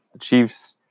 Chiefs